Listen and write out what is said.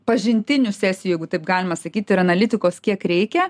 pažintinių sesijų jeigu taip galima sakyti ir analitikos kiek reikia